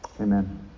amen